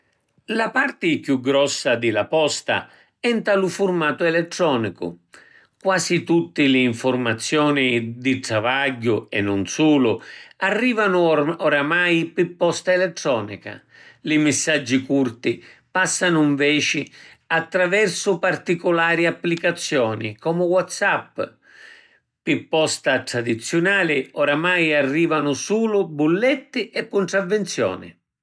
La parti chiù grossa di la posta è nta lu furmatu elettronicu. Quasi tutti li nfurmaziuni di travagghiu e nun sulu arrivanu oramai pi posta elettronica, li missaggi curti passanu nveci attraversu particulari applicazioni comu Whatsapp. Pi posta tradiziunali oramai arrivanu sulu bulletti e cuntravvinzioni..